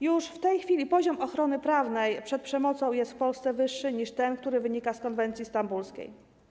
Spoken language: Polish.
Już w tej chwili poziom ochrony prawnej przed przemocą jest w Polsce wyższy niż ten, który wynika z konwencji stambulskiej.